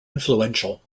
influential